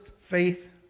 faith